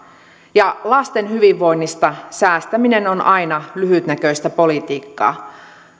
ja lasten hyvinvoinnista säästäminen on aina lyhytnäköistä politiikkaa